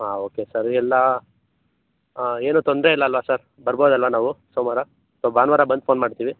ಹಾಂ okay sir ಎಲ್ಲ ಏನೂ ತೊಂದರೆ ಇಲ್ಲ ಅಲ್ವ ಸರ್ ಬರ್ಬೋದಲ್ವ ನಾವು ಸೋಮವಾರ ಸೊ ಭಾನುವಾರ ಬಂದು ಫೋನ್ ಮಾಡ್ತೀವಿ